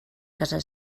casa